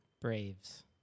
Braves